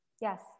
Yes